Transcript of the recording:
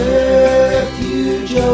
refuge